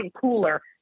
cooler